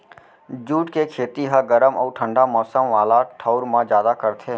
jute के खेती ह गरम अउ ठंडा मौसम वाला ठऊर म जादा करथे